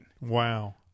Wow